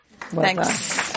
Thanks